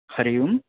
Hari Om